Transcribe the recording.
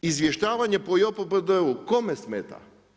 Izvještavanje po JOPPD-u kome smeta?